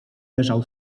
leżał